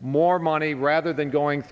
more money rather than going